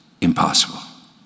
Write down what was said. impossible